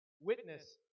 witness